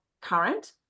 current